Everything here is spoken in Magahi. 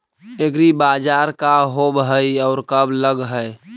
एग्रीबाजार का होब हइ और कब लग है?